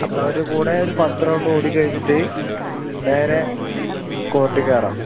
അപ്പോൾ അവരെ കൂടെ ഒരു പത്ത് റൗണ്ട് ഓടിക്കഴിഞ്ഞിട്ട് നേരെ കോർട്ടിൽ കയറാം